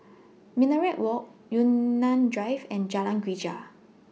Minaret Walk Yunnan Drive and Jalan Greja